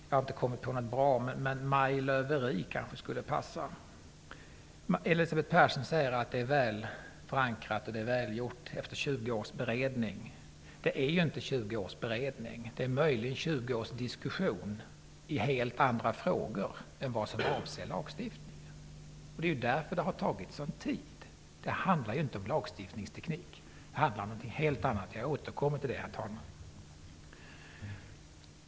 Jag har inte kommit på något bra, men majlööweri kanske skulle passa. Elisabeth Persson säger att förslaget är väl förankrat och väl utarbetat efter 20 års beredning. Det är inte 20 års beredning. Det är möjligen 20 års diskussion i helt andra frågor än vad som avser lagstiftningen. Det är därför det har tagit sådan tid. Det handlar inte om lagstiftningsteknik. Det handlar om någonting helt annat. Jag återkommer till det, herr talman.